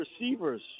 receivers